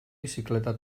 bicicleta